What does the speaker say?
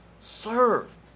serve